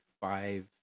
five